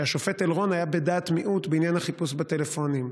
שהשופט אלרון היה בדעת מיעוט בעניין החיפוש בטלפונים.